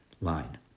line